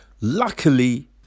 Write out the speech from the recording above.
Luckily